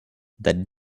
that